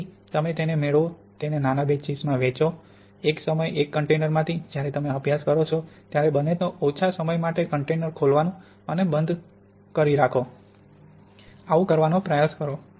જલદી તમે તેને મેળવો તેને નાના બેચમાં વહેંચો એક સમયે એક કન્ટેનર માથી જ્યારે તમે અભ્યાસ કરો છો ત્યારે બને તો ઓછા સમય માટે કન્ટેનર ખોલવાનું અથવા બંધ કરો રાખો આવું કરવાનો પ્રયાસ કરો